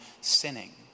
sinning